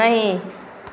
नहि